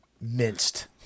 minced